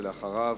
ולאחריו,